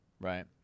Right